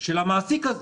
של המעסיק בכלל?